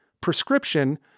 prescription